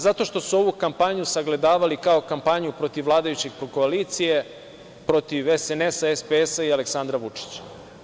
Zato što su ovu kampanju sagledavali kao kampanju protiv vladajuće koalicije, protiv SNS, SPS i Aleksandra Vučića.